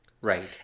Right